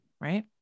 right